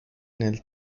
nel